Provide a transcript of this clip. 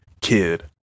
Kid